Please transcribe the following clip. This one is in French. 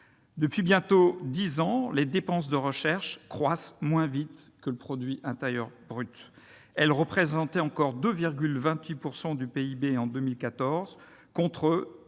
depuis bientôt dix ans, les dépenses de recherche croissent moins vite que le produit intérieur brut. Elles représentaient encore 2,28 % du PIB en 2014 ;